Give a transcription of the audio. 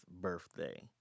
birthday